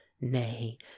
Nay